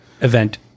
event